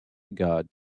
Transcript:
god